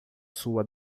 sua